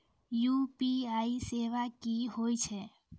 UPI सेवा की होय छै?